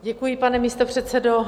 Děkuji, pane místopředsedo.